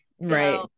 right